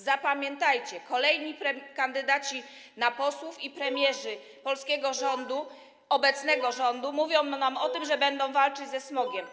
Zapamiętajcie, kolejni kandydaci na posłów i premierzy polskiego rządu, obecnego rządu, mówią nam o tym, że będą walczyć ze smogiem.